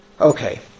Okay